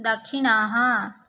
दक्षिणाः